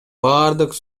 бардык